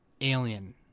alien